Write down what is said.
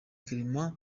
clement